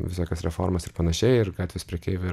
visokias reformas ir panašiai ir gatvės prekeiviai ir